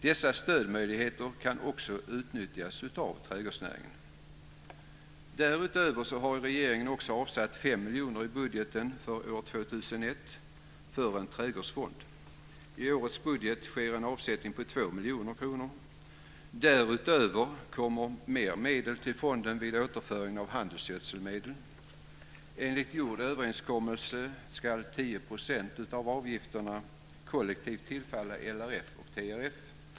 Dessa stödmöjligheter kan också utnyttjas av trädgårdsnäringen. Därutöver har regeringen också avsatt fem miljoner kronor i budgeten för år 2001 för en trädgårdsfond. I årets budget sker en avsättning på två miljoner kronor. Därutöver kommer mer medel till fonden vid återföringen av handelsgödselmedel. Enligt gjord överenskommelse ska 10 % av avgifterna kollektivt tillfalla LRF/TRF.